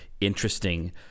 interesting